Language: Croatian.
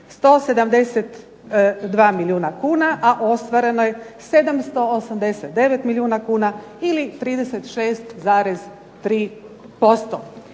172 milijuna kuna, a ostvareno je 789 milijuna kuna ili 36,3%.